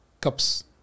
cups